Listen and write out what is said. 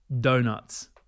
Donuts